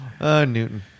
Newton